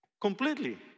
completely